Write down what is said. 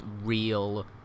real